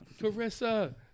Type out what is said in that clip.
Carissa